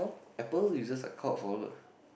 apple is just a cult follower